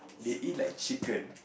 they eat like chicken